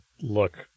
look